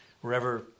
wherever